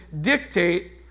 dictate